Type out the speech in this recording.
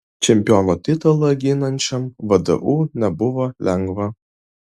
čempiono titulą ginančiam vdu nebuvo lengva